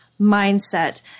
mindset